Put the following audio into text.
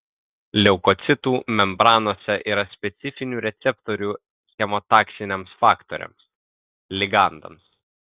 leukocitų membranose yra specifinių receptorių chemotaksiniams faktoriams ligandams